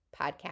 podcast